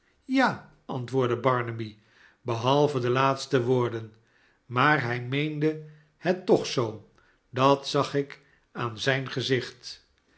ja antwoordde barnaby behalve de laatste woorden maar hij meende het toch zoo dat zag ik aan zijn igezicht